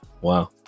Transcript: Wow